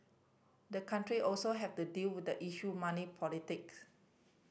the country also have the deal with the issue money politics